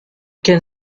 can